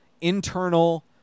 internal